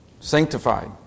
Sanctified